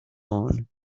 born